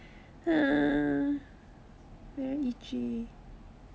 ah very itchy